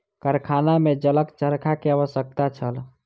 कारखाना में जलक चरखा के आवश्यकता छल